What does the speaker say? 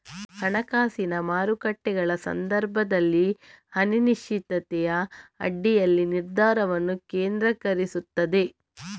ಹಣಕಾಸಿನ ಮಾರುಕಟ್ಟೆಗಳ ಸಂದರ್ಭದಲ್ಲಿ ಅನಿಶ್ಚಿತತೆಯ ಅಡಿಯಲ್ಲಿ ನಿರ್ಧಾರವನ್ನು ಕೇಂದ್ರೀಕರಿಸುತ್ತದೆ